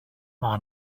mae